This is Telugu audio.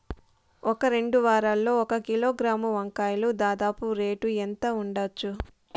ఈ రెండు వారాల్లో ఒక కిలోగ్రాము వంకాయలు దాదాపు రేటు ఎంత ఉండచ్చు?